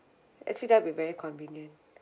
actually that'll be very convenient